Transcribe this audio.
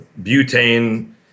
butane